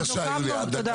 בבקשה, יוליה, דקה.